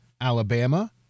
Alabama